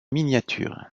miniatures